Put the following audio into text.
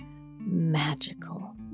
magical